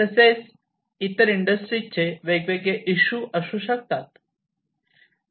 तसेच इतर इंडस्ट्रीजचे वेगवेगळे इशू असू शकतात